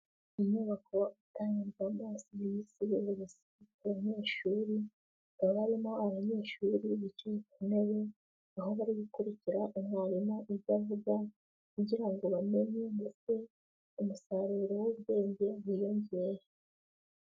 Inyubako itangirwama serivisi z'ubuyobozi ku abanyeshuri, hakaba harimo abanyeshuri bicaye ku ntebe, aho bari gukurikira umwarimu ibyo avuga kugira ngo bamenye, ndetse umusaruro w'ubwenge wiyongeye.